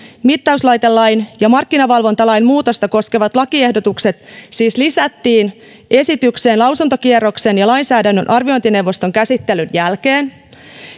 mittauslaitelain ja markkinavalvontalain muutosta koskevat lakiehdotukset siis lisättiin esitykseen lausuntokierroksen ja lainsäädännön arviointineuvoston käsittelyn jälkeen